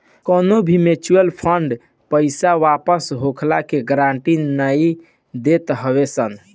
कवनो भी mutual fund पईसा वापस होखला के गारंटी नाइ देत हवे सन